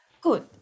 Good